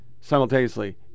Simultaneously